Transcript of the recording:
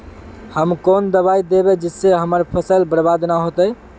हम कौन दबाइ दैबे जिससे हमर फसल बर्बाद न होते?